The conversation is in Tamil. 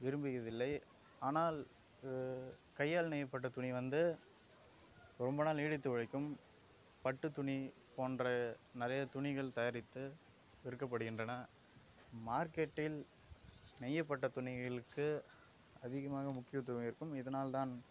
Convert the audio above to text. விரும்பிகிறதில்லை ஆனால் கையால் நெய்யப்பட்ட துணி வந்து ரொம்ப நாள் நீடித்து உழைக்கும் பட்டு துணி போன்ற நிறைய துணிகள் தயாரித்து விற்கப்படுகின்றன மார்க்கெட்டில் நெய்யப்பட்ட துணிகளுக்கு அதிகமாக முக்கியத்துவம் இருக்கும் இதனால் தான்